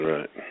Right